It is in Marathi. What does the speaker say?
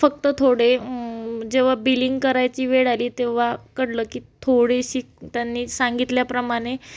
फक्त थोडे जेव्हा बिलिंग करायची वेळ आली तेव्हा कळलं की थोडीशी त्यांनी सांगितल्याप्रमाणे